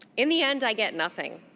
in the end, i get nothing.